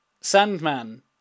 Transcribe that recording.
Sandman